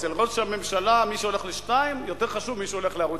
אצל ראש הממשלה מי שהולך ל-2 יותר חשוב ממי שהולך לערוץ-10.